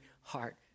heart